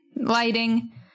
lighting